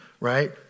right